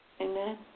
Amen